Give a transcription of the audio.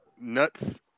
nuts